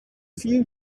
few